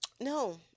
No